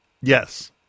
Yes